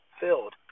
filled